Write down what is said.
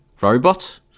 robot